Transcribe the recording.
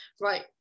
right